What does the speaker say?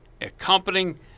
Accompanying